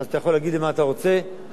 אז אתה יכול להגיד לי מה אתה רוצה ונמשיך.